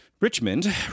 Richmond